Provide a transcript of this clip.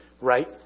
right